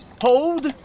Hold